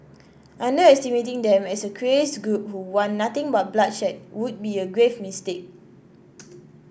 underestimating them as a crazed group who want nothing but bloodshed would be a grave mistake